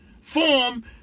form